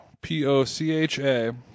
p-o-c-h-a